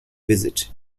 visit